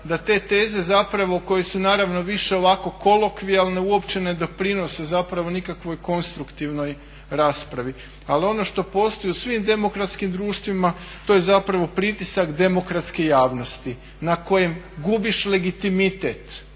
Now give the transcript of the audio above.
da te teze zapravo koje su naravno više ovako kolokvijalne uopće ne doprinose zapravo nikakvoj konstruktivnoj raspravi. Ali ono što postoji u svim demokratskim društvima to je zapravo pritisak demokratske javnosti na kojem gubiš legitimitet.